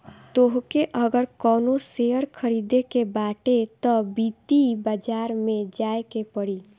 तोहके अगर कवनो शेयर खरीदे के बाटे तअ वित्तीय बाजार में जाए के पड़ी